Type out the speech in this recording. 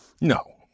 No